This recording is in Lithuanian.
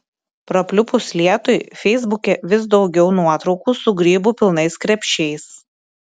prapliupus lietui feisbuke vis daugiau nuotraukų su grybų pilnais krepšiais